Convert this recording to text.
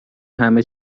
همه